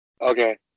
Okay